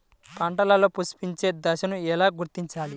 పంటలలో పుష్పించే దశను ఎలా గుర్తించాలి?